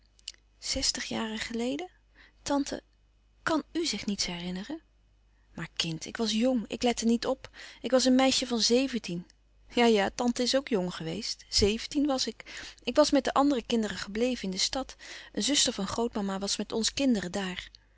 zestig jaren geleden tante kàn u zich niets herinneren maar kind ik was jong ik lette niet op ik was een meisje van zeventien ja ja tante is ook jong geweest zeventien was ik ik was met de andere kinderen gebleven in de stad een zuster van grootmama was met ons kinderen daar